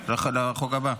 זה לחוק הבא.